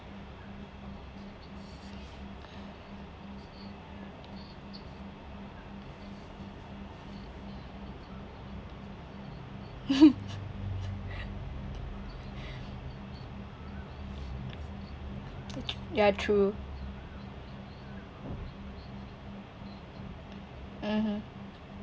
ya true mmhmm